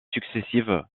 successives